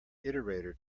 iterator